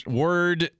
word